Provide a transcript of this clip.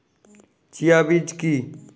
Chia বীজ কী?